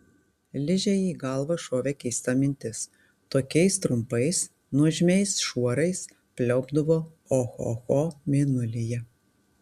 ližei į galvą šovė keista mintis tokiais trumpais nuožmiais šuorais pliaupdavo ohoho mėnulyje